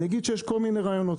אגיד שיש כל מיני רעיונות,